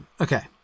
okay